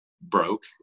broke